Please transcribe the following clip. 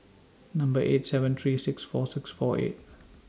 Number eight seven three six four six four eight